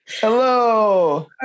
Hello